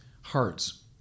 hearts